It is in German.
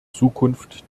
zukunft